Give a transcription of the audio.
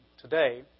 Today